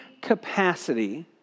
capacity